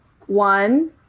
one